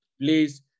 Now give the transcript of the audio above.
please